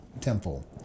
temple